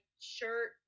shirt